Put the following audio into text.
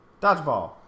Dodgeball